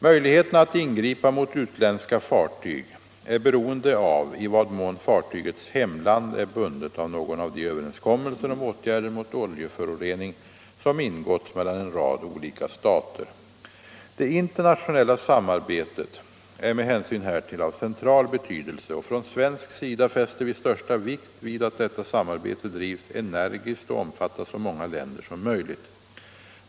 Möjligheterna att ingripa mot utländska fartyg är beroende av i vad mån fartygets hemland är bundet av någon av de överenskommelser om åtgärder mot oljeförorening som ingåtts mellan en rad olika stater. Det internationella samarbetet är med hänsyn härtill av central betydelse, och från svensk sida fäster vi största vikt vid att detta samarbete drivs energiskt och omfattar så många länder som möjligt.